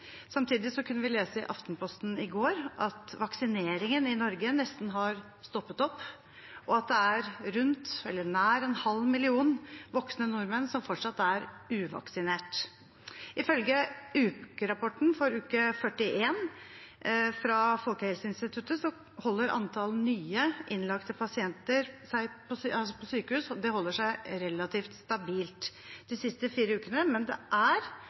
Samtidig kunne vi lese i Aftenposten i går at vaksineringen i Norge nesten har stoppet opp, og at det er nær en halv million voksne nordmenn som fortsatt er uvaksinerte. Ifølge ukerapporten for uke 41 fra Folkehelseinstituttet har antallet nye innlagte pasienter på sykehus holdt seg relativt stabilt de siste fire ukene, men FHI varsler om at det er